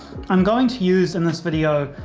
i'm going to use in this video,